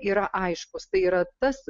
yra aiškūs tai yra tas